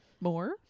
more